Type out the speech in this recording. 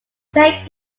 same